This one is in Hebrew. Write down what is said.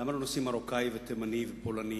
למה לא לשים מרוקאי ותימני ופולני